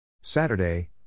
Saturday